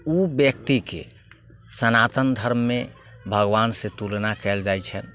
ओ व्यक्तिके सनातन धर्ममे भगवानसँ तुलना कएल जाइ छै